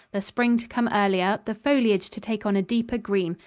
the spring to come earlier, the foliage to take on a deeper green,